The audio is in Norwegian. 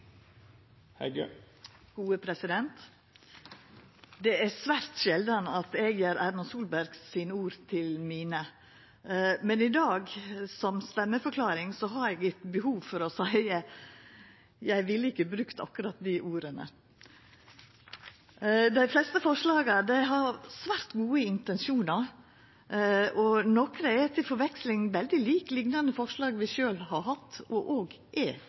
Det er svært sjeldan eg gjer Erna Solberg sine ord til mine, men i dag har eg, som stemmeforklaring, eit behov for å seia: «Jeg ville ikke brukt akkurat de ordene.» Dei fleste forslaga har svært gode intensjonar, og nokre er til forveksling veldig like liknande forslag vi sjølv har hatt, og er